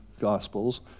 Gospels